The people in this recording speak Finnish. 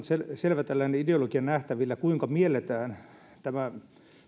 selvä ideologia nähtävillä kuinka mielletään